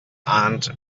aunt